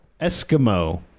Eskimo